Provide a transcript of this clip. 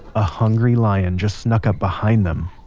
a hungry lion just snuck up behind them!